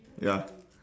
ya